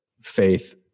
faith